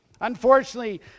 Unfortunately